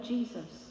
Jesus